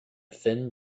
thin